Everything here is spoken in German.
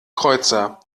kreuzer